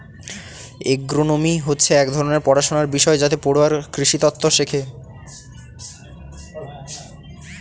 agronomy হচ্ছে এক ধরনের পড়াশনার বিষয় যাতে পড়ুয়ারা কৃষিতত্ত্ব শেখে